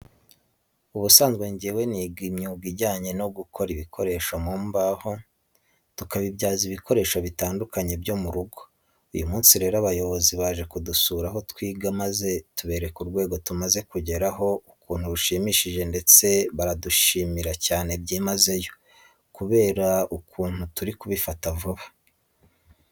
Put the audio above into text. Ubusanzwe njyewe niga imyuga ijyanye no gukora ibikoresho mu mbaho tukabibyazamo ibikoresho bitandukanye byo mu rugo. Uyu munsi rero abayobozi baje kudusura aho twiga maze tubereka urwego tumaze kugeraho ukuntu rushimishije ndetse baradushimira cyane byimazeyo kubera ukuntu turi kubifata vuba.